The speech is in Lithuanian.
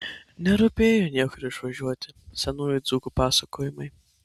nerūpėjo niekur išvažiuoti senųjų dzūkų pasakojimai